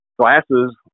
glasses